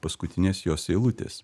paskutinės jos eilutės